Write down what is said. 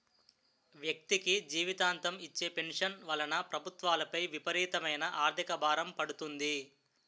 వ్యక్తికి జీవితాంతం ఇచ్చే పెన్షన్ వలన ప్రభుత్వాలపై విపరీతమైన ఆర్థిక భారం పడుతుంది